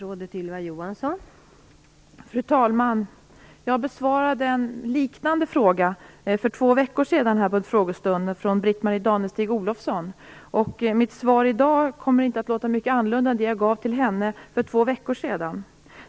Fru talman! Jag besvarade under frågestunden för två veckor sedan en liknande fråga från Britt-Marie Danestig-Olofsson. Mitt svar i dag kommer inte att skilja sig mycket från det som jag då gav henne.